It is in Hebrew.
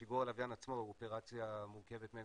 שיגור הלוויין עצמו הוא אופרציה מורכבת מאין